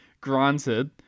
Granted